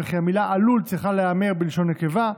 כי המילה "עלול" צריכה להיאמר בלשון נקבה.